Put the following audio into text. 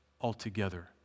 altogether